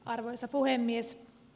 arvoisa puhemies